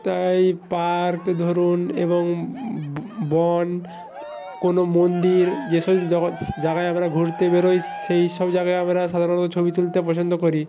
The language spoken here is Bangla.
তাই পার্ক ধরুন এবং বন কোনো মন্দির যে সব জাগায় আমরা ঘুরতে বেরোই সেই সব জাগায় আমরা সাধারণত ছবি তুলতে পছন্দ করি